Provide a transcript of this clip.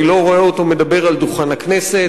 אני לא רואה אותו מדבר על דוכן הכנסת,